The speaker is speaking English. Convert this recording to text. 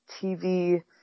TV